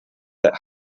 that